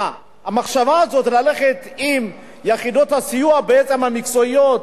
המחשבה הזאת ללכת עם יחידות הסיוע המקצועיות,